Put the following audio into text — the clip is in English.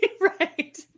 right